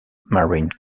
marine